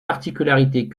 particularités